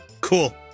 cool